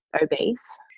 obese